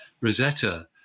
Rosetta